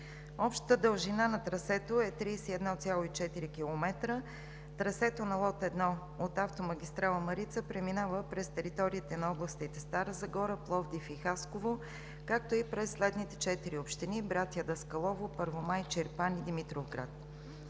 Общата дължина на трасето е 31,4 км. Трасето на лот 1 от автомагистрала „Марица“ преминава през териториите на областите Стара Загора, Пловдив и Хасково, както и през следните четири общини – Братя Даскалово, Първомай, Чирпан и Димитровград.